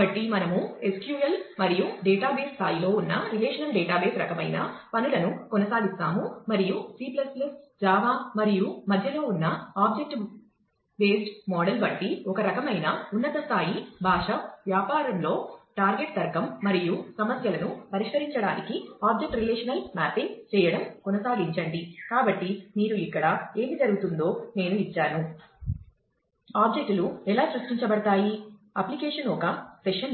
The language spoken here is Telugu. కాబట్టి మనము SQL మరియు డేటాబేస్ స్థాయిలో ఉన్న రిలేషనల్ డేటాబేస్ రకమైన పనులను కొనసాగిస్తాము మరియు C జావా